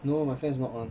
no my fan is not on